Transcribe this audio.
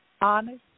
Honest